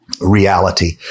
reality